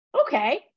okay